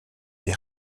des